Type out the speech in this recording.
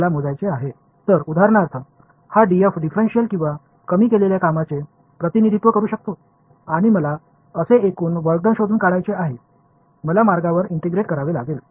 எடுத்துக்காட்டாக இந்த "df" ஒரு வேறுபட்ட அல்லது ஒரு சிறிய அளவிலான வேலையைக் குறிக்கக்கூடும் ஆனால் மொத்த வேலைகளின் அளவை கண்டுபிடிப்பதற்காக நான் அந்த பாதையில் இன்டகரேட் செய்ய வேண்டும்